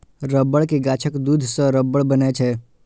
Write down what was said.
रबड़ के गाछक दूध सं रबड़ बनै छै